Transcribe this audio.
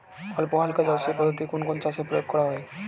অল্পহালকা জলসেচ পদ্ধতি কোন কোন চাষে প্রয়োগ করা হয়?